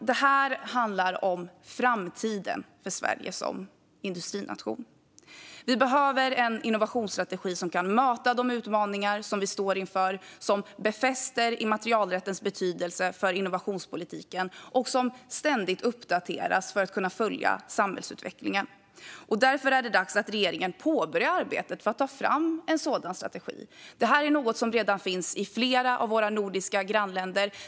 Det här handlar om framtiden för Sverige som industrination. Vi behöver en innovationsstrategi som kan möta de utmaningar som vi står inför, som befäster immaterialrättens betydelse för innovationspolitiken och som ständigt uppdateras för att följa samhällsutvecklingen. Därför är det dags att regeringen påbörjar arbetet för att ta fram en sådan strategi. Detta är något som redan finns i flera av våra nordiska grannländer.